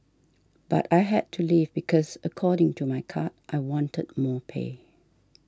but I had to leave because according to my card I wanted more pay